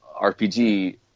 RPG